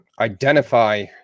Identify